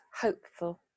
hopeful